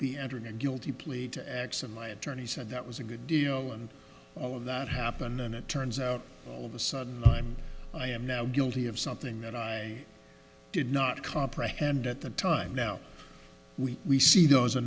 be entering a guilty plea to x and my attorney said that was a good deal and all of that happened and it turns out all of a sudden i'm i am now guilty of something that i did not comprehend at the time now we we see those a